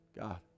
God